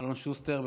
אלון שוסטר.